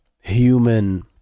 human